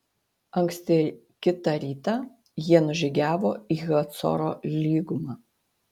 anksti kitą rytą jie nužygiavo į hacoro lygumą